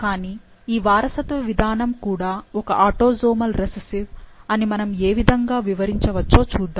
కానీ ఈ వారసత్వ విధానం కూడా ఒక ఆటోసోమల్ రిసెసివ్ అని మనం ఏవిధంగా వివరించవచ్చో చూద్దాం